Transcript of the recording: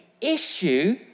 issue